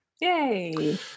Yay